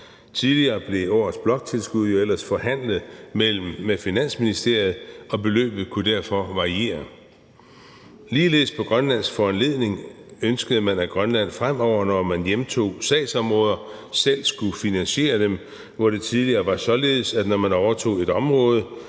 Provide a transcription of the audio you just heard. Tidligere blev årets bloktilskud jo ellers forhandlet med Finansministeriet, og beløbet kunne derfor variere. Ligeledes på Grønlands foranledning ønskede man, at Grønland fremover, når man hjemtog sagsområder, selv skulle finansiere dem, hvor det tidligere var således, at når man overtog et område,